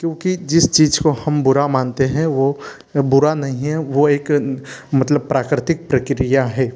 क्योंकि जिस चीज़ को हम बुरा मानते हैं वो बुरा नहीं है वो एक मतलब प्राकृतिक प्रक्रिया है